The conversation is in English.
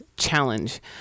challenge